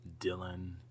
Dylan